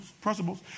principles